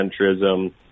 centrism